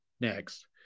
next